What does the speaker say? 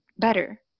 better